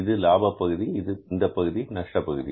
இது லாப பகுதி இந்தப் பகுதி நஷ்ட பகுதி